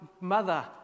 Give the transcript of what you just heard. mother